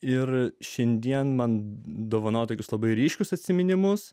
ir šiandien man dovanoti tokius labai ryškius atsiminimus